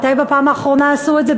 מתי בפעם האחרונה עשו את זה?